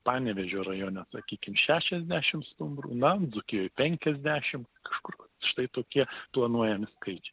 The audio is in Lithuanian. panevėžio rajone sakykim šešiasdešimt stumbrų na dzūkijoj penkiasdešimt kažkur vat štai tokie planuojami skaičiai